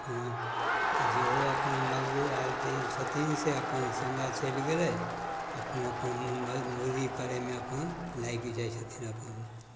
अपना आओर जेहो अपन मजदूर आओर जे छथिन से अपन समय चलि गेलै अपन अपन मुम्बइ दिल्ली करैमे अपन लागि जाइ छथिन अपन